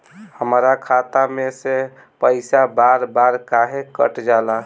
हमरा खाता में से पइसा बार बार काहे कट जाला?